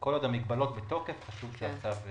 כל עוד המגבלות בתוקף חשוב שהמצב יימשך.